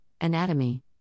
anatomy